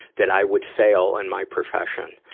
that i would fail in my profession.